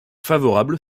favorable